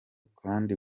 kandi